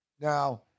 Now